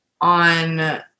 on